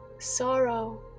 sorrow